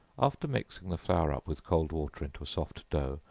after mixing the flour up with cold water into a soft dough,